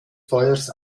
feuers